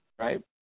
right